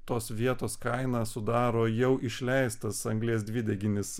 tos vietos kainą sudaro jau išleistas anglies dvideginis